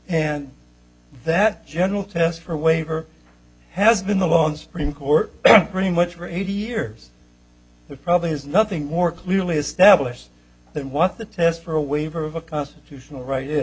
and that general test for waiver has been the law and supreme court pretty much for eighty years that probably has nothing more clearly established than what the test for a waiver of a constitutional right